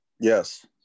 yes